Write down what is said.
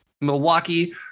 Milwaukee